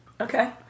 Okay